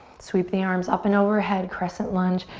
sweep the arms up and overhead, crescent lunge,